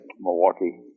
Milwaukee